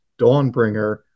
Dawnbringer